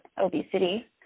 obesity